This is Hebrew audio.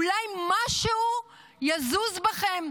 אולי משהו יזוז בכם,